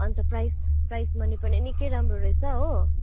अन्त price price money पनि निकै राम्रो रहेछ हो